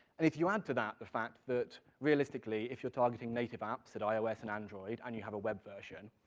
and if you add to that the fact that, realistically, if you're targeting native apps, at ios and android, and you have a web version,